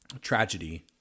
tragedy